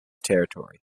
territory